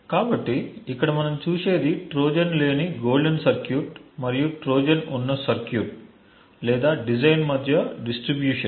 కాబట్టి ఇక్కడ మనం చూసేది ట్రోజన్ లేని గోల్డెన్ సర్క్యూట్ మరియు ట్రోజన్ ఉన్న సర్క్యూట్ లేదా డిజైన్ మధ్య డిస్ట్రిబ్యూషన్